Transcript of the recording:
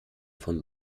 von